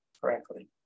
correctly